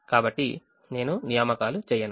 కాబట్టి నేను నియామకాలు చేయను